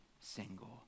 single